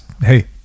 Hey